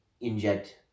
inject